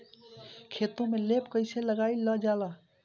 खेतो में लेप कईसे लगाई ल जाला?